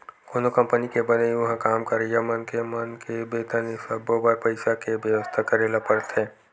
कोनो कंपनी के बनई, उहाँ काम करइया मनखे मन के बेतन ए सब्बो बर पइसा के बेवस्था करे ल परथे